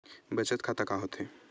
बचत खाता का होथे?